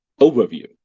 overview